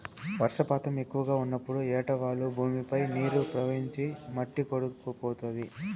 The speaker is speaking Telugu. వర్షపాతం ఎక్కువగా ఉన్నప్పుడు ఏటవాలు భూమిపై నీరు ప్రవహించి మట్టి కొట్టుకుపోతాది